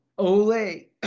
Ole